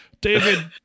David